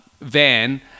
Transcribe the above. van